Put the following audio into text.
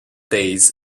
days